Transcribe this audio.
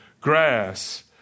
Grass